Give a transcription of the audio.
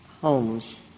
homes